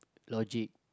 logic